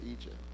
Egypt